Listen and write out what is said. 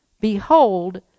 behold